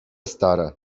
stare